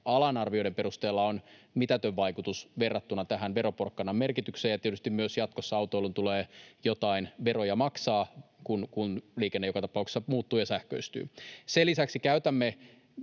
alan arvioiden perusteella, on mitätön vaikutus verrattuna tämän veroporkkanan merkitykseen. Tietysti myös jatkossa autoilijan tulee jotain veroja maksaa, kun liikenne joka tapauksessa muuttuu ja sähköistyy. Sen lisäksi käytämme